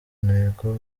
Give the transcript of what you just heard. ntego